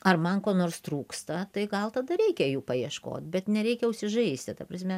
ar man ko nors trūksta tai gal tada reikia jų paieškot bet nereikia užsižaisti ta prasme